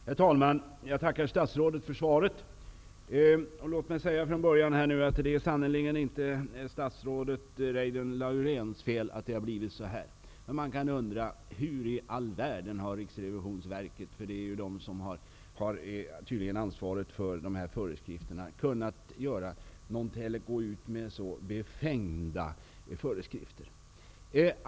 Herr talman! Jag tackar statsrådet för svaret. Låt mig redan inledningsvis säga att det sannerligen inte är statsrådet Reidunn Lauréns fel att det har blivit så här. Men man kan undra hur i all världen Riksrevisionsverket -- som tydligen har ansvaret för de här föreskrifterna -- har kunnat gå ut med så befängda föreskrifter.